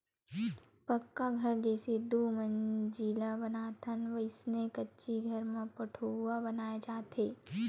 पक्का घर जइसे दू मजिला बनाथन वइसने कच्ची घर म पठउहाँ बनाय जाथे